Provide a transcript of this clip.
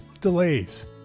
delays